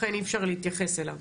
לכן אי אפשר להתייחס אליו.